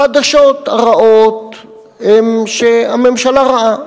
החדשות הרעות הן שהממשלה רעה,